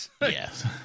Yes